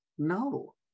No